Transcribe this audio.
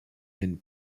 and